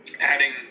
adding